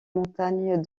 montagnes